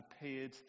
appeared